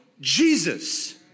Jesus